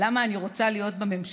למה אני רוצה להיות בממשלה,